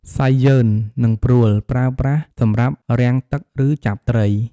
សៃយឺន និងព្រួល ប្រើប្រាស់សម្រាប់រាំងទឹក ឬចាប់ត្រី។